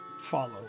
follow